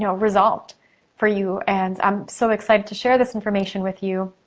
you know resolved for you and i'm so excited to share this information with you.